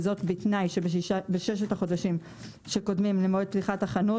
וזאת בתנאי שבששת החודשים שקודמים למועד פתיחת החנות